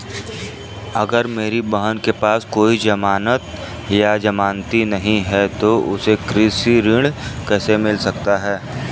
अगर मेरी बहन के पास कोई जमानत या जमानती नहीं है तो उसे कृषि ऋण कैसे मिल सकता है?